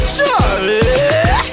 Charlie